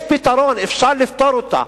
יש פתרון, אפשר לפתור אותה,